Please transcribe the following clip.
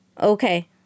Okay